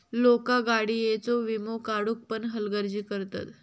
लोका गाडीयेचो वीमो काढुक पण हलगर्जी करतत